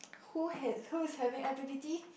who had who's having i_p_p_t